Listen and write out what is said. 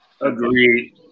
Agreed